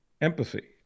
empathy